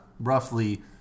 Roughly